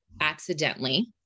accidentally